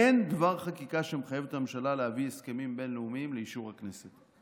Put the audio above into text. אין דבר חקיקה שמחייב את הממשלה להביא הסכמים בין-לאומיים לאישור הכנסת.